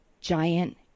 giant